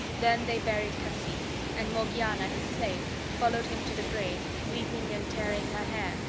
then they buried cassim, and morgiana his slave followed him to the grave, weeping and tearing her hair,